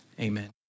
amen